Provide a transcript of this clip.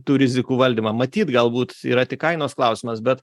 tų rizikų valdymą matyt galbūt yra tik kainos klausimas bet